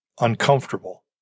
uncomfortable